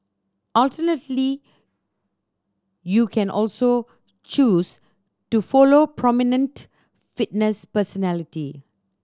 alternatively you can also choose to follow prominent fitness personality